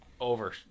Over